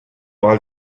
aura